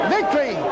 Victory